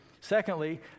Secondly